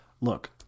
look